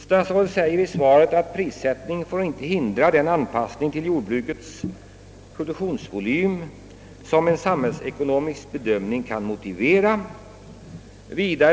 Statsrådet säger i sitt svar: »Prissättningen får således inte hindra den anpassning av jordbrukets produktionsvolym som en samhällsekonomisk bedömning kan motivera.